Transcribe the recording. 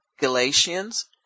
Galatians